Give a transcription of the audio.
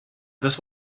this